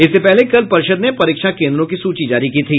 इससे पहले कल पर्षद ने परीक्षा केन्द्रों की सूची जारी की थी